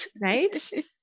Right